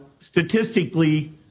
statistically